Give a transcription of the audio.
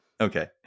Okay